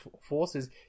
forces